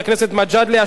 השוויוני ביותר,